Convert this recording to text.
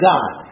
God